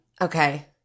okay